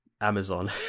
Amazon